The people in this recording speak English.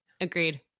Agreed